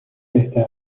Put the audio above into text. بهترتر